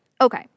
okay